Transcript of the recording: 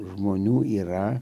žmonių yra